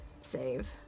save